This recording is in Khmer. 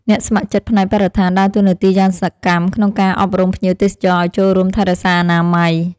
អ្នកស្ម័គ្រចិត្តផ្នែកបរិស្ថានដើរតួនាទីយ៉ាងសកម្មក្នុងការអប់រំភ្ញៀវទេសចរឱ្យចូលរួមថែរក្សាអនាម័យ។